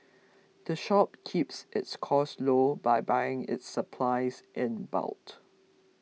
the shop keeps its costs low by buying its supplies in boat